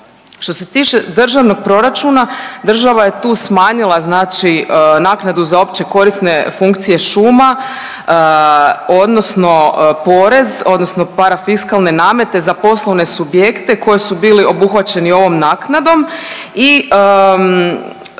što se tiče državnog proračuna država je tu smanjila naknadu za OKFŠ odnosno porez odnosno parafiskalne namete za poslovne subjekte koji su bili obuhvaćeni ovom naknadom i